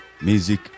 music